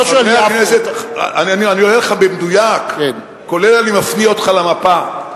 לך בדיוק, כולל, אני מפנה אותך למפה.